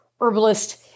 herbalist